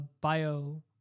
bio